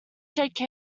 shake